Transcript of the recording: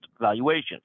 valuations